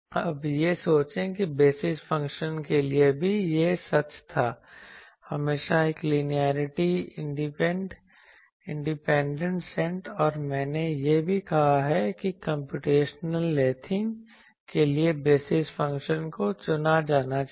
अब यह सोचें कि बेसिस फंक्शन के लिए भी यही सच था हमेशा एक लीनियरली इंडिपेंडेंट सेट और मैंने यह भी कहा कि कम्प्यूटेशनल लैथिंग के लिए बेसिस फंक्शन को चुना जाना चाहिए